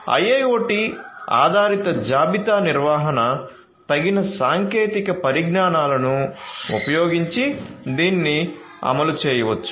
IIoT ఆధారిత జాబితా నిర్వహణ తగిన సాంకేతిక పరిజ్ఞానాలను ఉపయోగించి దీన్ని అమలు చేయవచ్చని